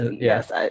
yes